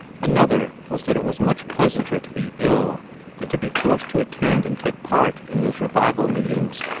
another was that it was much pleasanter to be ill than to be forced to attend and take part in those revival meetings.